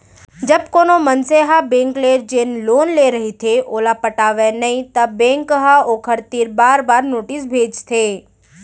जब कोनो मनसे ह बेंक ले जेन लोन ले रहिथे ओला पटावय नइ त बेंक ह ओखर तीर बार बार नोटिस भेजथे